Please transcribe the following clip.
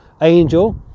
angel